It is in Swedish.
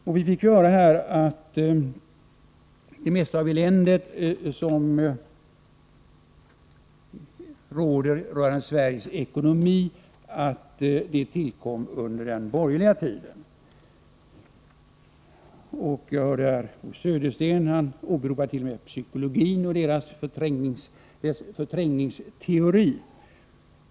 Vi har här fått höra att det mesta av det elände som råder rörande Sveriges ekonomi har tillkommit under den borgerliga regeringstiden. Bo Södersten åberopade t.o.m. psykologins förträngningsteori.